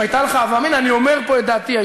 אתה יוצר משנה שלא מבוססת על כלום חוץ מעל דעתך האישית.